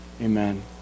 amen